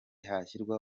hashyirwa